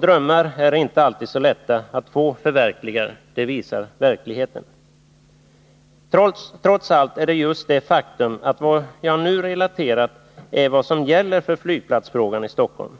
Drömmar är inte alltid så lätta att få förverkligade — det visar verkligheten. Trots allt är det ett faktum att vad jag nu har relaterat är det som gäller för flygplatsfrågan i Stockholm.